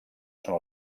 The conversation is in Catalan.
són